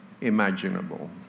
imaginable